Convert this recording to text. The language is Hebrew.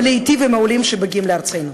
-- בעצם להיטיב עם העולים שמגיעים לארצנו.